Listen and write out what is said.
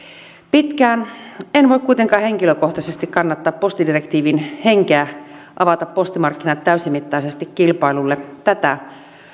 pitkään en voi kuitenkaan henkilökohtaisesti kannattaa postidirektiivin henkeä avata postimarkkinat täysimittaisesti kilpailulle tätä